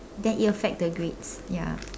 then it affect the grades ya